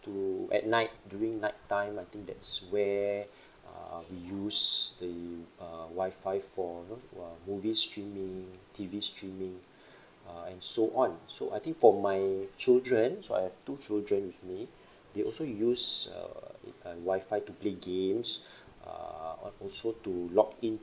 to at night during night time I think that's where uh we use the uh Wi-Fi for you know uh movies streaming T_V streaming uh and so on so I think for my children so I have two children with me they also use err err Wi-Fi to play games uh also to login